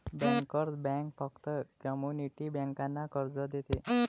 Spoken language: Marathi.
बँकर्स बँक फक्त कम्युनिटी बँकांना कर्ज देते